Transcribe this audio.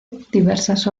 diversas